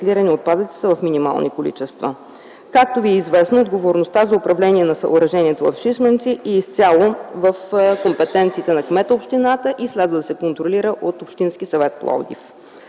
отговорността за управление на съоръжението в Шишманци е изцяло в компетенциите на кмета на общината и следва да се контролира от Общински съвет – Пловдив.